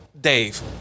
Dave